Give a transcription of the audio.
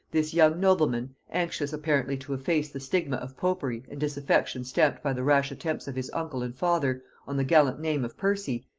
this young nobleman, anxious apparently to efface the stigma of popery and disaffection stamped by the rash attempts of his uncle and father on the gallant name of percy,